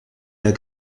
der